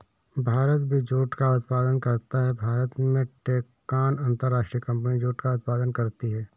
भारत भी जूट का उत्पादन करता है भारत में टैपकॉन अंतरराष्ट्रीय कंपनी जूट का उत्पादन करती है